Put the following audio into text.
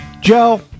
Joe